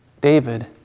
David